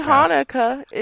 Hanukkah